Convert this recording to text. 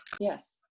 Yes